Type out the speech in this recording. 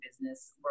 business